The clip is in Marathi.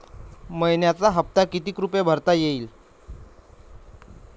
मइन्याचा हप्ता कितीक रुपये भरता येईल?